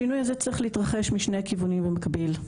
השינוי הזה צריך להתרחש משני כיוונים במקביל.